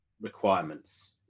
requirements